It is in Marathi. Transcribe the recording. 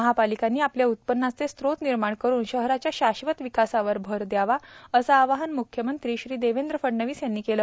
महापालिकांनी आपल्या उत्पन्नाचे स्त्रोत निर्माण करुन शहराच्या शाश्वत विकासावर भर द्यावा असे आवाहन मुख्यमंत्री देवेंद्र फडणवीस यांनी केले